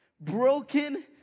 broken